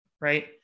right